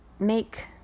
make